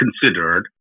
considered